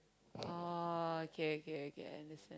oh okay okay okay I understand